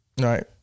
right